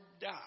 die